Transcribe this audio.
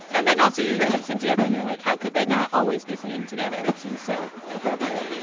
and then also you hear them sing together and you're like, how could they not always be singing together? it seems so appropriate